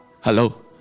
Hello